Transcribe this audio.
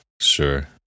Sure